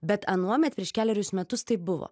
bet anuomet prieš kelerius metus taip buvo